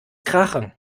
krachen